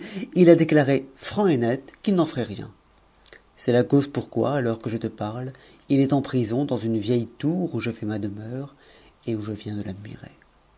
il a déclare franc et net qu'il n'en ferait rien c'est la cause pourquoi à l'heure que je te parle il est en prison dans une vieille tour où je fais ma demeure et où je viens de l'admirer